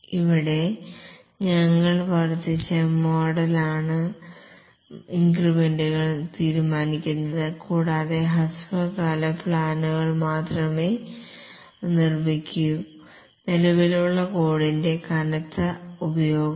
ഇവിടെ ഞങ്ങൾ വർദ്ധിച്ച മോഡലാണ് ഇൻക്രിമെന്റുകൾ തീരുമാനിക്കുന്നത് കൂടാതെ ഹ്രസ്വകാല പ്ലാനുകൾ മാത്രമേ നിർമ്മിക്കൂ നിലവിലുള്ള കോഡിന്റെ കനത്ത ഉപയോഗവും